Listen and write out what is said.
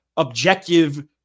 objective